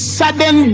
sudden